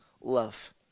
love